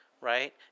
right